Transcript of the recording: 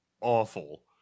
awful